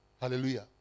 Hallelujah